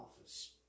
office